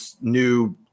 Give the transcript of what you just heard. new